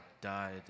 died